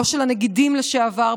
לא של הנגידים לשעבר,